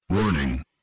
Warning